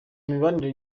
mibanire